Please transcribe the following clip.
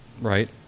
Right